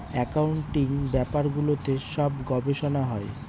accounting ব্যাপারগুলোতে সব গবেষনা হয়